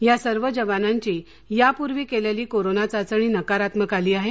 या सर्व जवानांची यापूर्वी केलेली कोरोना चाचणी नकारात्मक आली आहे